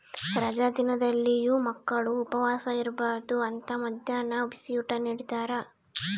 ರಜಾ ದಿನದಲ್ಲಿಯೂ ಮಕ್ಕಳು ಉಪವಾಸ ಇರಬಾರ್ದು ಅಂತ ಮದ್ಯಾಹ್ನ ಬಿಸಿಯೂಟ ನಿಡ್ತಾರ